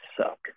suck